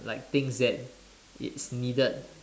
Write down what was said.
like things that it's needed